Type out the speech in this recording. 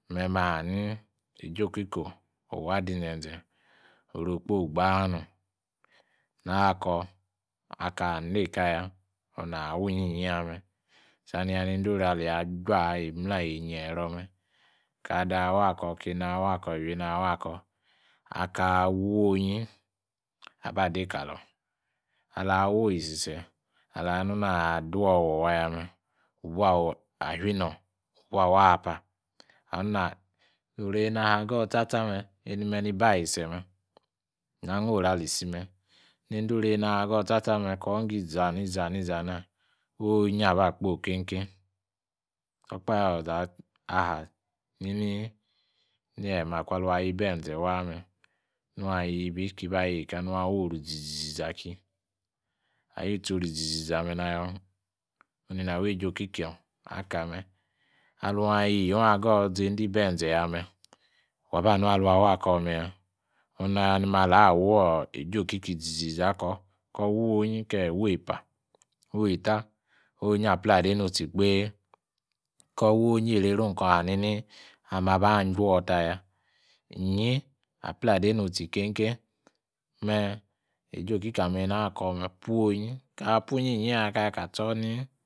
Me ma hanini, ejie okikor obadinzeze oru okposi gbad nom. naakor aka nanga nekaya onu na wonyiyiyame, saniya, niyedoru aleyi ajira e mla, eiyi ero me, ka 'dor wakor kieno awakor iwi enor awakor, akgior awolnyi, aba de kalor. A'la' wa oyisise ala munadowowa wu bua'afi nong, wu buá wa' apa, wa nu naa’ oru ale ni ha for wan chacha me, enime. ni bi ayase me. na grahom ali se me'; hienzi om ale tsa tsa me akali wi ngo iza na iza na iza na, inye ya aba kposi kpe kpe. okpahe oloza aha nini neyi Maku alun ayi benze waa' met, nung ayi biyi ki ba yeka; mung awori izizi zizaá ki. Ayuchí mung aw na yo nei ni awo ejei okikor aka mé. Aeung ayiyong agor nendi benze ya me’ waba nu alung awa akor me' ya. onu na yor ni malor awoe jei okikor izi izi zaza kor wei onpike wei epa wel'ta, onyi. apla dei nuchi kpe. Kor wei onyi oruru kor hari ame abah jeor taya. inyi apla dei nuchi kpe kpe. me' ejei okikor amé alainı awa Kor me, puongi. Aka pu inyi yi yaá aka ka ha ni ni